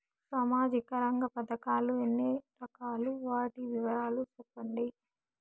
సామాజిక రంగ పథకాలు ఎన్ని రకాలు? వాటి వివరాలు సెప్పండి